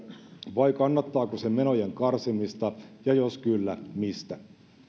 vai kannattaako se menojen karsimista ja jos kyllä mistä